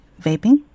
vaping